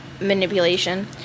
manipulation